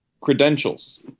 credentials